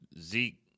Zeke